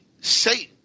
Satan